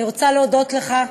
אני רוצה להודות לך.